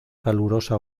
calurosa